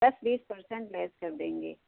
दस बीस percent less कर देंगे